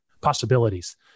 possibilities